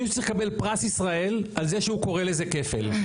אם מישהו צריך לקבל פרס ישראל על זה שהוא קורא לזה כפל.